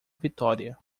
vitória